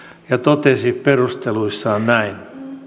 ja totesi perusteluissaan näin